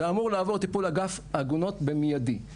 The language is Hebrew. זה אמור לעבור טיפול אגף עגונות במיידי.